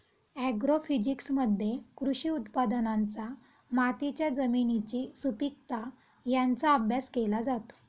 ॲग्रोफिजिक्समध्ये कृषी उत्पादनांचा मातीच्या जमिनीची सुपीकता यांचा अभ्यास केला जातो